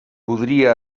podria